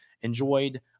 Enjoyed